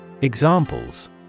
Examples